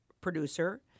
producer